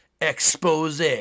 expose